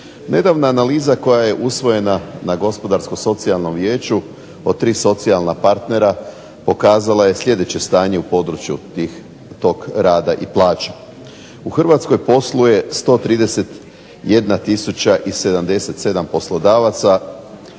Nedavna analiza koja je usvojena na Gospodarsko-socijalnom vijeću od tri socijalna partnera pokazala je sljedeće stanje u području tog rada i plaća. U Hrvatskoj posluje 131077 poslodavaca,